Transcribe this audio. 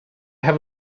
have